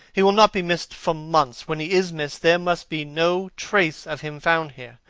he will not be missed for months. when he is missed, there must be no trace of him found here.